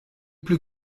plus